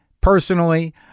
personally